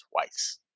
Twice